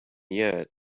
yet